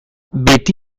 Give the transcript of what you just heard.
beti